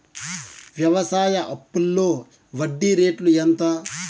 వ్యవసాయ అప్పులో వడ్డీ రేట్లు ఎంత?